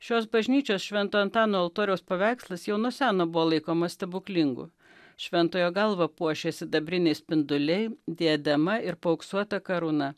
šios bažnyčios švento antano altoriaus paveikslas jau nuo seno buvo laikomas stebuklingu šventojo galvą puošė sidabriniai spinduliai diadema ir paauksuota karūna